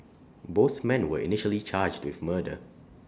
both men were initially charged with murder